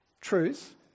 Truth